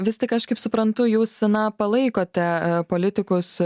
vis tik aš kaip suprantu jūs na palaikote politikus